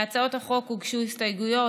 להצעת החוק הוגשו הסתייגויות.